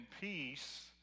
peace